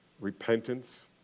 repentance